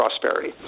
prosperity